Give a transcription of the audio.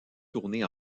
tournées